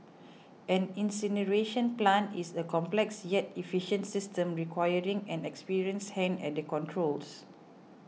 an incineration plant is a complex yet efficient system requiring an experienced hand at the controls